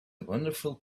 wonderful